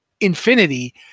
infinity